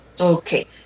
okay